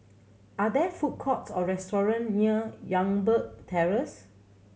are there food courts or restaurant near Youngberg Terrace